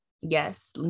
yes